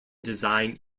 design